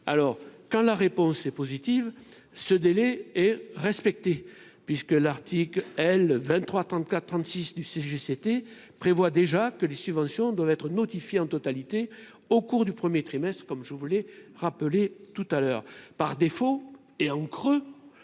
alors quand la réponse est positive, ce délai est respectée, puisque l'article L 23 trente-quatre trente-six du CGCT prévoit déjà que les subventions doivent être notifiée en totalité au cours du 1er trimestre comme je vous l'ai rappelé tout à l'heure par défaut et, en creux,